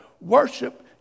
worship